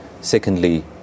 Secondly